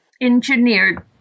engineered